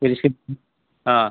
ହଁ